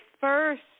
first